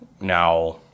now